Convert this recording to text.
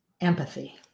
empathy